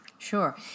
Sure